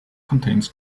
contains